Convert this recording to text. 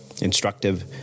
instructive